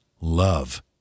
Love